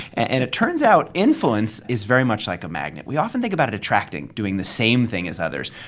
and it turns out influence is very much like a magnet. we often think about it attracting doing the same thing as others.